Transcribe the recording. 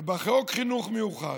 בחוק חינוך מיוחד,